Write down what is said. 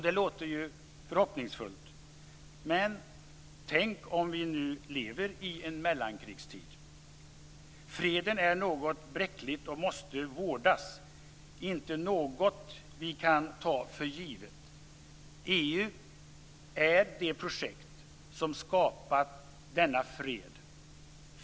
Det låter ju förhoppningsfullt. Men tänk om vi nu lever i en mellankrigstid? Freden är något bräckligt som måste vårdas, inte något vi kan ta för givet. EU är det projekt som skapat denna fred.